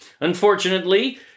unfortunately